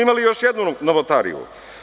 Imali smo još jednu novotariju.